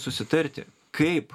susitarti kaip